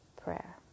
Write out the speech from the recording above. prayer